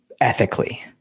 ethically